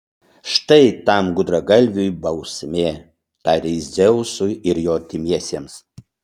štai tam gudragalviui bausmė tarė jis dzeusui ir jo artimiesiems